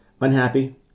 unhappy